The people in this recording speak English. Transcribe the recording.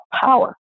power